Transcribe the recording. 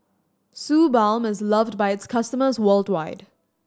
Suu Balm is loved by its customers worldwide